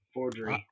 Forgery